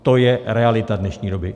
To je realita dnešní doby.